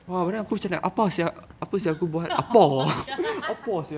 apa sia